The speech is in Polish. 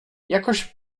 jakoś